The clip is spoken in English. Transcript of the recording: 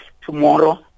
tomorrow